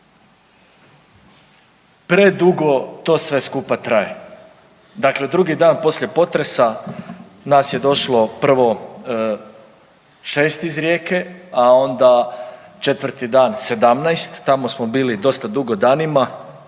Predugo to sve skupa traje. Dakle, drugi dan poslije potresa nas je došlo prvo 6 iz Rijeke, a onda 4. dan 17. Tamo smo bili dosta dugo danima.